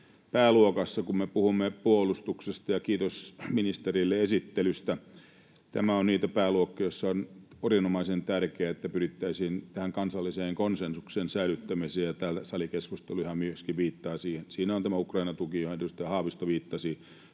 pääluokassa, kun me puhumme puolustuksesta, ja kiitos ministerille esittelystä. Tämä on niitä pääluokkia, joissa on erinomaisen tärkeää, että pyrittäisiin tähän kansallisen konsensuksen säilyttämiseen, ja salikeskusteluhan täällä myöskin viittaa siihen. Siinä on tämä Ukraina-tuki, johon edustaja Haavisto viittasi.